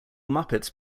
muppets